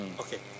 Okay